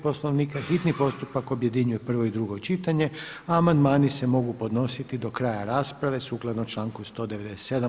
Poslovnika hitni postupak objedinjuje prvo i drugo čitanje a amandmani se mogu podnositi do kraja rasprave sukladno članku 197.